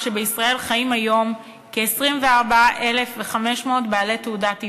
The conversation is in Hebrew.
שבישראל חיים היום כ-24,500 בעלי תעודות עיוור.